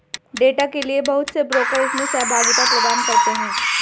data के लिये बहुत से ब्रोकर इसमें सहभागिता प्रदान करते हैं